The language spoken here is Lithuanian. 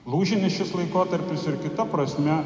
lūžinis šis laikotarpis ir kita prasme